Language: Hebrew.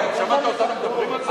שמעת אותנו מדברים על זה?